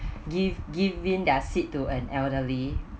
give give in their seat to an elderly